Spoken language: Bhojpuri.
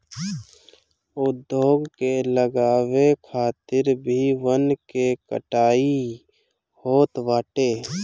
उद्योग के लगावे खातिर भी वन के कटाई होत बाटे